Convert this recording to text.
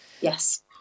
Yes